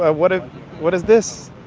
ah what ah what is this?